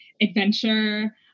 adventure